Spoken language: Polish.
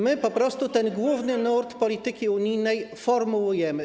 My po prostu ten główny nurt polityki unijnej formułujemy.